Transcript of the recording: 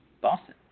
Boston